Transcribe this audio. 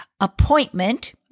appointment